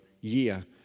year